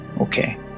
Okay